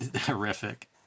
horrific